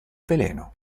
veleno